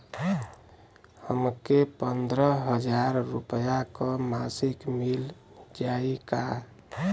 हमके पन्द्रह हजार रूपया क मासिक मिल जाई का?